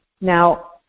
Now